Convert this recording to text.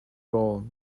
goal